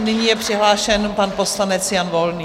Nyní je přihlášen pan poslanec Jan Volný.